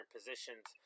positions